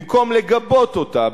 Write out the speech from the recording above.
במקום לגבות אותה,